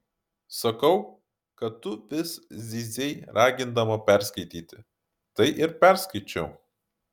sakau kad tu vis zyzei ragindama perskaityti tai ir perskaičiau